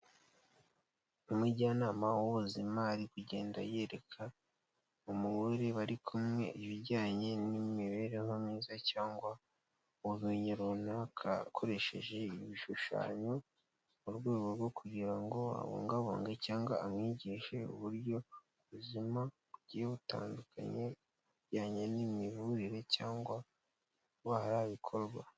Umujyanama w'ubuzima ari kugenda yereka umugore bari kumwe ibijyanye n'imibereho myiza cyangwa ubumenyi runaka akoresheje ibishushanyo, mu rwego rwo kugira ngo abungabunge cyangwa amwigishe uburyo ubuzima bugiye butandukanye bujyanye n'imivurire cyangwa indwara bikorwa.